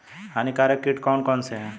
हानिकारक कीट कौन कौन से हैं?